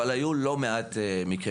אבל היו לא מעט מקרים.